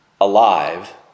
alive